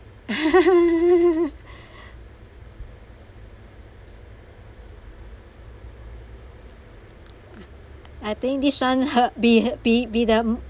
I think this one heartbeat heartbeat beaten